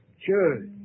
Sure